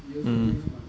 mm